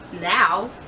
now